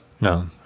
No